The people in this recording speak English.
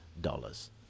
dollars